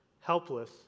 Helpless